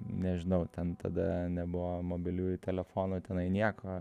nežinau ten tada nebuvo mobiliųjų telefonų tenai nieko